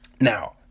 Now